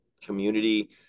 community